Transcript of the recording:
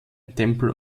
tempel